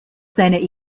seiner